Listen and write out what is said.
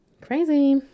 crazy